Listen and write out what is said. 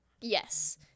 Yes